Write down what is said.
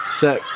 set